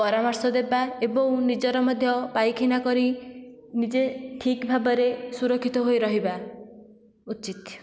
ପରାମର୍ଶ ଦେବା ଏବଂ ନିଜର ମଧ୍ୟ ପାଇଖାନା କରି ନିଜେ ଠିକ୍ ଭାବରେ ସୁରକ୍ଷିତ ହୋଇ ରହିବା ଉଚିତ